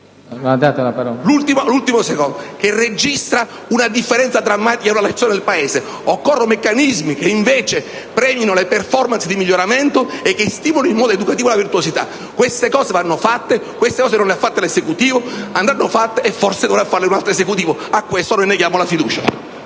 dato storico che registra una differenza drammatica tra le zone del Paese. Occorrono meccanismi che invece premino le *performance* di miglioramento e che stimolino in modo educativo alla virtuosità. Queste iniziative vanno intraprese. Non le ha fatte l'Esecutivo. Andranno fatte. Forse dovrà farle un altro Esecutivo. A questo noi neghiamo la fiducia.